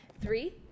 three